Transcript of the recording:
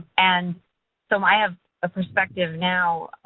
and so i have a perspective now